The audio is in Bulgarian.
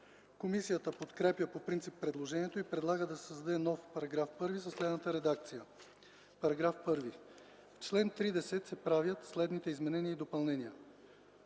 Комисията подкрепя по принцип предложението и предлага да се създаде нов § 1 със следната редакция: „§ 1. В чл. 30 се правят следните изменения и допълнения: